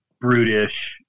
brutish